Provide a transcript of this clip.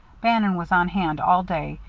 bannon was on hand all day,